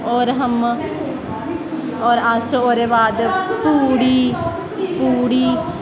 और अस ओह्दे बाद पूड़ी पूड़ी